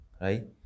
right